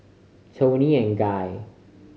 Toni and Guy